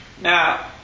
Now